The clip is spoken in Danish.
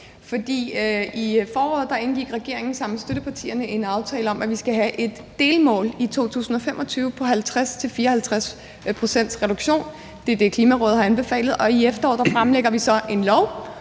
I foråret indgik regeringen sammen med støttepartierne en aftale om, at vi skal have et delmål i 2025 om en reduktion på 50-54 pct. Det er det, Klimarådet har anbefalet. Her i efteråret fremsætter vi så et